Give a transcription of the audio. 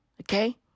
Okay